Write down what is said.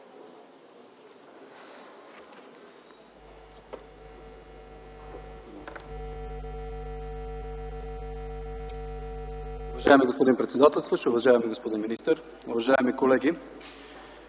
Уважаеми господин председател, уважаеми господин министър, уважаеми колеги!